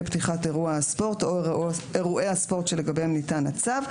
פתיחת אירוע הספורט או אירועי הספורט שלגביהם ניתן הצו,